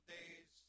days